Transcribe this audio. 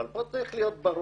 אבל פה צריך להיות ברור.